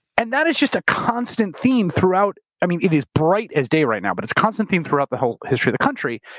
and that is just a constant theme throughout, i mean it is bright as day right now, but it's a constant theme throughout the whole history of the country.